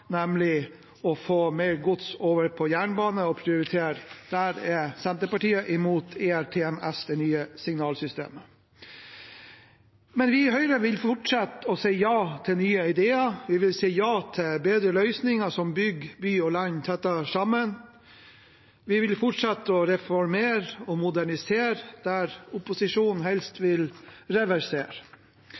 nemlig å prioritere å få mer gods over på jernbane. Der er Senterpartiet mot det nye signalsystemet ERTMS. Men vi i Høyre vil fortsette å si ja til nye ideer. Vi vil si ja til bedre løsninger som bygger by og land tettere sammen. Vi vil fortsette å reformere og modernisere der opposisjonen helst vil reversere.